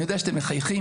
אני יודע שאתם מחייכים,